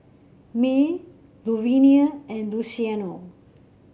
Mae Luvenia and Luciano